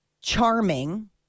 charming